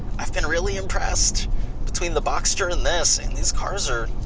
i've been really impressed between the boxster and this. and these cars are